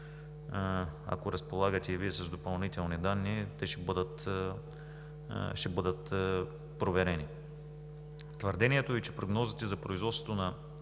ако разполагате и Вие с допълнителни данни, те ще бъдат проверени. Твърдението Ви, че прогнозите за производството на